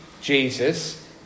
Jesus